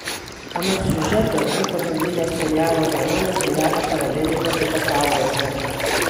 anot siužeto dvi pagrindinės serialo herojės gyvena paraleliniuose pasauliuose